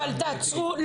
אבל תעצרו.